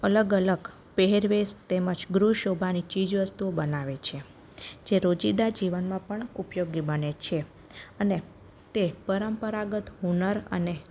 અલગ અલગ પહેરવેશ અને તેમજ ગૃહ શોભાની ચીજવસ્તુઓ બનાવે છે જે રોજિંદા જીવનમાં પણ ઉપયોગી બને છે અને તે પરંપરાગત હુનર અને